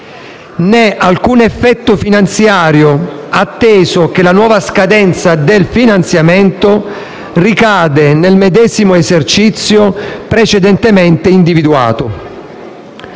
né alcun effetto finanziario, atteso che la nuova scadenza del finanziamento ricade nel medesimo esercizio precedentemente individuato.